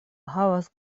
havas